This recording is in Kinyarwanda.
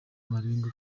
amarenga